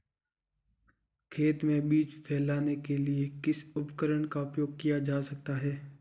खेत में बीज फैलाने के लिए किस उपकरण का उपयोग किया जा सकता है?